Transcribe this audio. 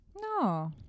No